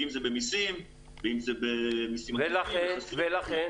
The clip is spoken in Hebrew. אם זה במיסים ואם זה במיסים עקיפים --- ולכן?